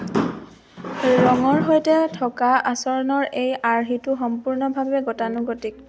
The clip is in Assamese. ৰঙৰ সৈতে থকা আচৰণৰ এই আৰ্হিটো সম্পূৰ্ণভাৱে গতানুগতিক